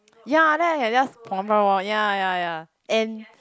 ya right just ya ya ya and